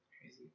Crazy